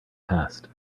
past